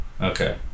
Okay